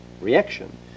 reaction